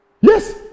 Yes